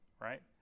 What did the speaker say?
right